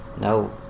No